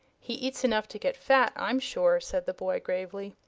he eats enough to get fat, i'm sure, said the boy, gravely.